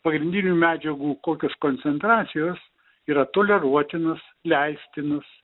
pagrindinių medžiagų kokios koncentracijos yra toleruotinas leistinas